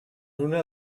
una